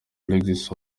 alexis